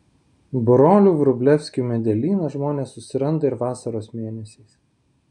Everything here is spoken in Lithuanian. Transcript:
brolių vrublevskių medelyną žmonės susiranda ir vasaros mėnesiais